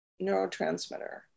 neurotransmitter